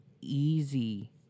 easy